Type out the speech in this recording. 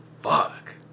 fuck